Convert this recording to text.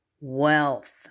wealth